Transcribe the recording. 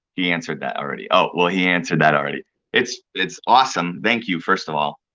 he answered that all ready, oh he answered that all ready. it's it's awesome, thank you, first of all.